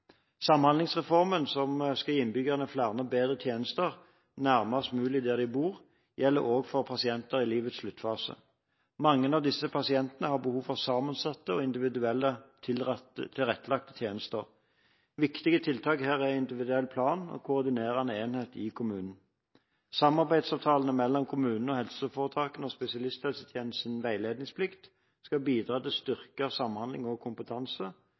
Samhandlingsreformen, som skal gi innbyggerne flere og bedre tjenester nærmest mulig der de bor, gjelder også for pasienter i livets sluttfase. Mange av disse pasientene har behov for sammensatte og individuelle, tilrettelagte tjenester. Viktige tiltak her er individuell plan og koordinerende enhet i kommunen. Samarbeidsavtalene mellom kommunene og helseforetakene og spesialisthelsetjenestens veiledningsplikt skal bidra til å styrke samhandling og kompetanse,